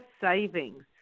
savings